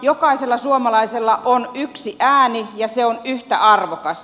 jokaisella suomalaisella on yksi ääni ja se on yhtä arvokas